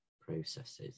processes